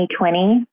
2020